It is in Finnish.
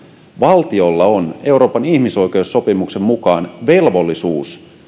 valtiolla on euroopan ihmisoikeussopimuksen mukaan velvollisuus